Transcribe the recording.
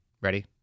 Ready